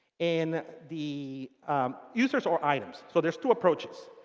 and the users or items. so there's two approaches.